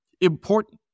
important